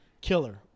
killer